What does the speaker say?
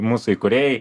mūsų įkūrėjai